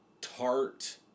tart